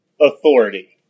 authority